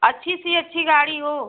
अच्छी से अच्छी गाड़ी हो